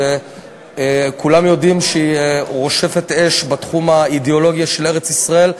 שכולם יודעים שהיא רושפת אש בתחום האידיאולוגיה של ארץ-ישראל,